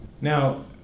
Now